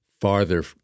farther